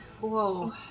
Whoa